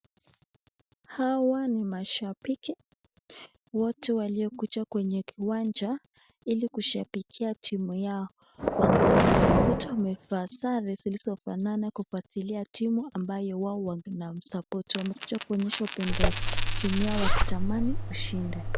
Hawa ni mashabiki. Wote waliokuja kwenye kiwanja ili kushabikia timu yao wa Gor Mahia. Wote wamevaa sare zisizofanana kufuatilia timu ambayo wao wanasupport . Wamekuja kuonyesha upendo timu yao wakitamani ushindi.